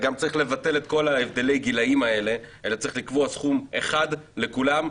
צריך לבטל את כל הבדלי הגילאים האלה וצריך לקבוע סכום אחד לכולם,